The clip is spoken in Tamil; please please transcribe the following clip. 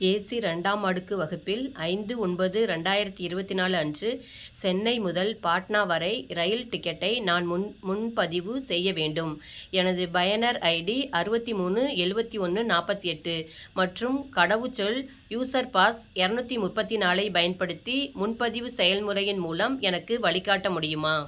ஏசி ரெண்டாம் அடுக்கு வகுப்பில் ஐந்து ஒன்பது ரெண்டாயிரத்தி இருபத்தி நாலு அன்று சென்னை முதல் பாட்னா வரை இரயில் டிக்கெட்டை நான் முன் முன்பதிவு செய்ய வேண்டும் எனது பயனர் ஐடி அறுபத்தி மூணு எழுவத்தி ஒன்று நாற்பத்தி எட்டு மற்றும் கடவுச்சொல் யூசர்பாஸ் எரநூற்றி முப்பத்தி நாலு ஐப் பயன்படுத்தி முன்பதிவு செயல்முறையின் மூலம் எனக்கு வழிகாட்ட முடியுமா